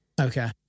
Okay